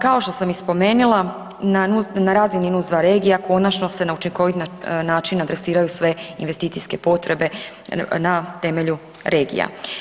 Kao što sam i spomenula na razini NUTS-2 regija konačno se na učinkovit način adresiraju sve investicijske potrebe na temelju regija.